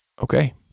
Okay